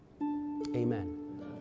Amen